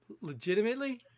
Legitimately